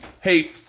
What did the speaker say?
Hey